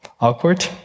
awkward